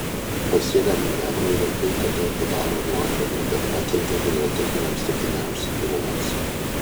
pasėliams bebrai retai kada padaro nuostolių bet pakenkia hidrotechniniams statiniams grioviams